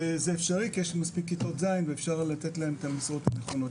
זה אפשרי כי יש מספיק כיתות ז' ואפשר לתת להם את המשרות הנכונות,